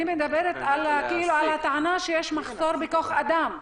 אני מדברת על הטענה שיש מחסור בכוח אדם.